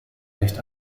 nicht